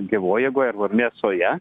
gyvoj jėgoj arba mėsoje